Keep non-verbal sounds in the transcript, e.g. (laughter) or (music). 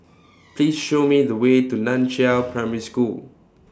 (noise) Please Show Me The Way to NAN Chiau Primary School